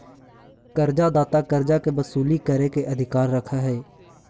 कर्जा दाता कर्जा के वसूली करे के अधिकार रखऽ हई